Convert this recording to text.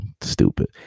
stupid